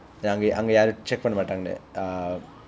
then அங்க அங்க யாரும்:anga anga yaarum check பண்ண மாட்டாங்க:panna maattaanga ah